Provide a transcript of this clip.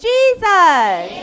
Jesus